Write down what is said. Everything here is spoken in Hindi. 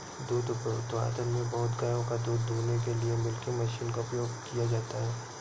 दुग्ध उत्पादन में बहुत गायों का दूध दूहने के लिए मिल्किंग मशीन का उपयोग किया जाता है